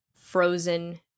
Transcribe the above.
frozen